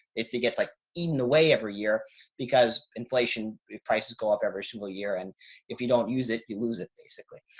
if he gets like in the way every year because inflation, the prices go up every single year. and if you don't use it, you lose it basically.